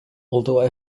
although